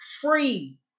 free